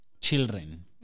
children